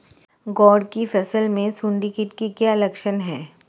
ग्वार की फसल में सुंडी कीट के क्या लक्षण है?